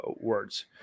words